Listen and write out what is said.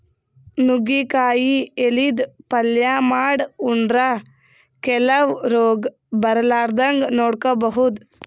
ನುಗ್ಗಿಕಾಯಿ ಎಲಿದ್ ಪಲ್ಯ ಮಾಡ್ ಉಂಡ್ರ ಕೆಲವ್ ರೋಗ್ ಬರಲಾರದಂಗ್ ನೋಡ್ಕೊಬಹುದ್